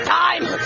time